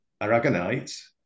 aragonite